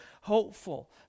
hopeful